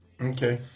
Okay